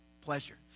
pleasure